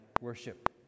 worship